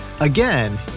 Again